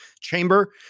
chamber